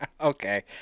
Okay